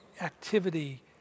activity